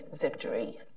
victory